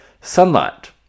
sunlight